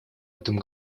этом